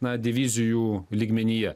na divizijų lygmenyje